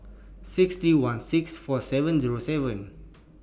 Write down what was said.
six three one six four seven Zero seven